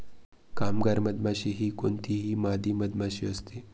कामगार मधमाशी ही कोणतीही मादी मधमाशी असते